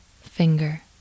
finger